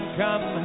come